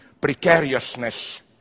precariousness